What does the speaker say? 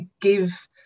give